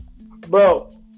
Bro